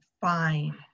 fine